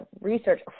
research